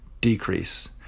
decrease